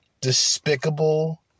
Despicable